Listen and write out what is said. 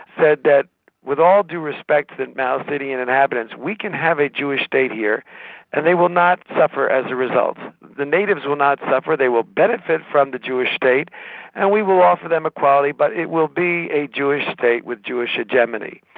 said that with all due respect to the palestinian inhabitants, we can have a jewish state here and they will not suffer as a result. the natives will not suffer they will benefit from the jewish state and we will offer them equality but it will be a jewish state with jewish hegemony.